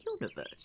universe